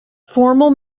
formal